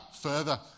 further